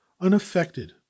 unaffected